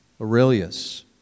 Aurelius